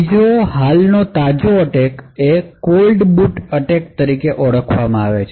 બીજો હાલનું attack cold boot attack છે